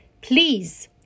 please